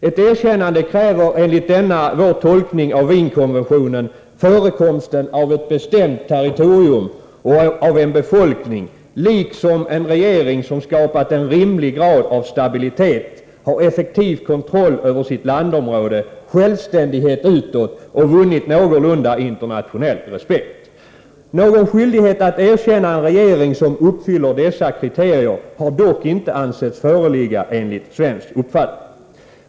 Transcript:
Ett erkännande kräver enligt denna vår tolkning av Wienkonventionen förekomsten av ett bestämt territorium och av en befolkning, liksom av en regering som skapat en rimlig grad av stabilitet, som har effektiv kontroll över sitt landområde, som har självständighet utåt och som vunnit någorlunda internationell respekt. Någon skyldighet att erkänna en regering som uppfyller dessa kriterier har dock enligt svensk uppfattning inte ansetts föreligga.